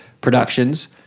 productions